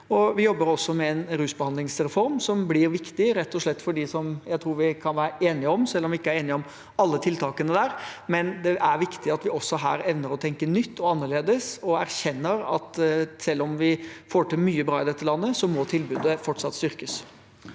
Vi jobber også med en rusbehandlingsreform som jeg tror vi kan være enige om at blir viktig – selv om vi ikke er enige om alle tiltakene der – rett og slett fordi det er viktig at vi også her evner å tenke nytt og annerledes, og erkjenner at selv om vi får til mye bra i dette landet, må tilbudet fortsatt styrkes.